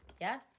Yes